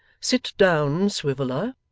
sit down, swiveller